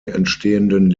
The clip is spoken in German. entstehenden